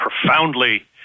profoundly